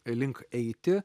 link eiti